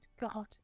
God